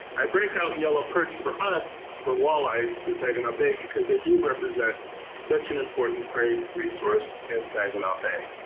i break out yellow perch for us for walleye for saginaw bay because they do represent such an important prey resource in saginaw bay.